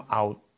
out